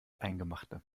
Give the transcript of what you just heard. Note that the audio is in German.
eingemachte